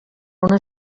una